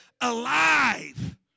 alive